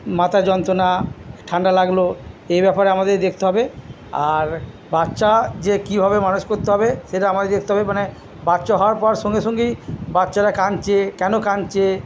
মাথা যন্ত্রণা ঠান্ডা লাগল এ ব্যাপারে আমাদেরই দেখতে হবে আর বাচ্চা যে কীভাবে মানুষ করতে হবে সেটা আমাদেরই দেখতে হবে মানে বাচ্চা হওয়ার পর সঙ্গে সঙ্গেই বাচ্চারা কাঁদছে কেন কাঁদছে